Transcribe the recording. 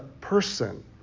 person